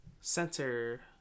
center